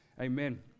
Amen